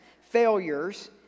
failures